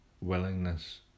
willingness